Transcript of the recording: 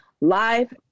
live